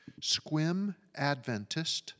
squimadventist